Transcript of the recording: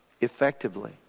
effectively